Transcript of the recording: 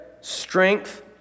strength